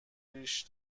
ریش